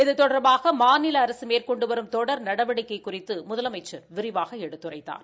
இது தொடர்பாக மாநில அரசு மேற்கொண்டு வரும் தொடர் நடவடிக்கை குறித்து முதலமைச்சர் விரிவாக எடுத்துரைத்தார்